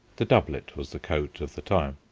the doublet was the coat of the time.